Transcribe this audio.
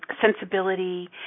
sensibility